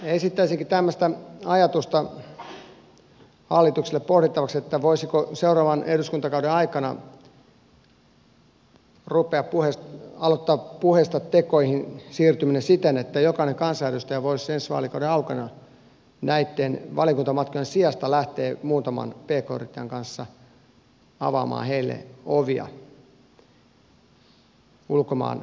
esittäisinkin tämmöistä ajatusta hallitukselle pohdittavaksi voisiko seuraavan eduskuntakauden aikana aloittaa puheista tekoihin siirtymisen siten että jokainen kansanedustaja voisi ensi vaalikauden aikana näitten valiokuntamatkojen sijasta lähteä muutaman pk yrittäjän kanssa avaamaan heille ovia ulkomaan markkinoille